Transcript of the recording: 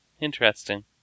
Interesting